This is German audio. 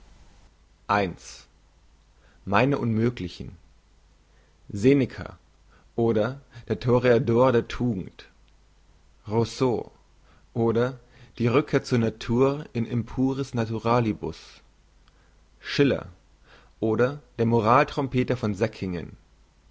meine unmöglichen seneca oder der toreador der tugend rousseau oder die rückkehr zur natur in impuris naturalibus schiller oder der moral trompeter von säckingen